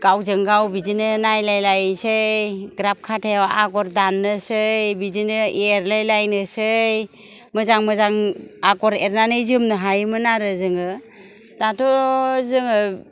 गावजों गाव बिदिनो नायलायलायसै ग्राब खाथायाव आगर दान्नोसै बिदिनो एरलायलायनोसै मोजां मोजां आगर एरनानै जोमनो हायोमोन आरो जोङो दाथ' जोङो